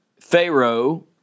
Pharaoh